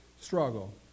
struggle